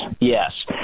yes